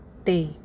'ਤੇ